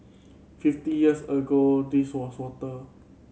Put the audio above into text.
fifty years ago this was water